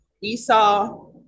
Esau